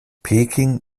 peking